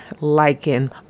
liking